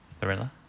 Thriller